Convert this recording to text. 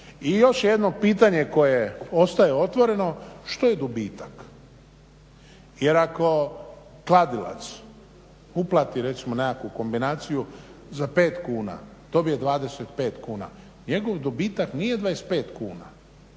I još jedno pitanje koje ostaje otvoreno što je dobitak. Jer ako kladilac uplati recimo nekakvu kombinaciju za 5 kuna, dobije 25 kuna, njegov dobitak nije 25 kuna,